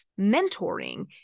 mentoring